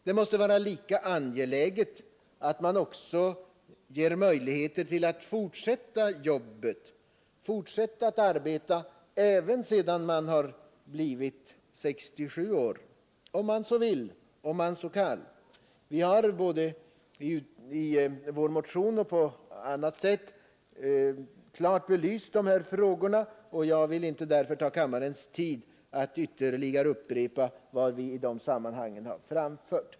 Det måste vara lika angeläget att skapa möjligheter att fortsätta arbeta även sedan man har blivit 67 år, om man så vill och kan. Vi har både i vår motion och på annat sätt klart belyst dessa frågor, och jag vill därför inte ta kammarens tid i anspråk med att upprepa vad vi i de sammanhangen framfört.